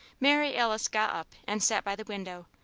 mary alice got up and sat by the window,